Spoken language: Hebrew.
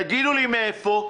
תגידו לי, מאיפה?